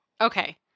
Okay